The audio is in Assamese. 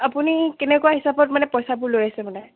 আপুনি কেনেকুৱা হিচাপত মানে পইচাবোৰ লৈ আছে মানে